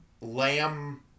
lamb